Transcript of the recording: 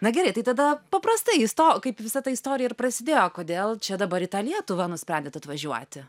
na gerai tai tada paprastai isto kaip visa ta istorija ir prasidėjo kodėl čia dabar į tą lietuvą nusprendėt atvažiuoti